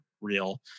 real